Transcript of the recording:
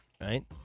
right